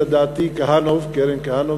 לדעתי קרן כהנוף,